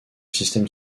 système